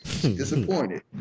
Disappointed